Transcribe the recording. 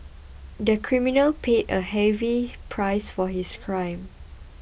the criminal paid a heavy price for his crime